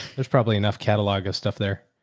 there's probably enough catalog of stuff there.